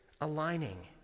aligning